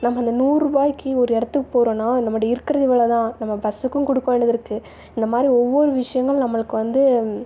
நம்ம அந்த நூறுவாய்க்கு ஒரு இடத்துக்குப் போகிறோம்னா நம்மட்ட இருக்கிறது இவ்வளோதான் நம்ம பஸ்ஸுக்கும் கொடுக்க வேண்டியது இருக்குது இந்தமாதிரி ஒவ்வொரு விஷயங்கள் நம்மளுக்கு வந்து